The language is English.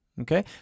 Okay